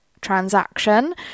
transaction